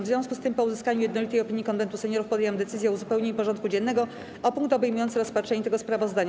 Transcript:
W związku z tym, po uzyskaniu jednolitej opinii Konwentu Seniorów, podjęłam decyzję o uzupełnieniu porządku dziennego o punkt obejmujący rozpatrzenie tego sprawozdania.